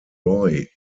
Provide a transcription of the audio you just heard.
roy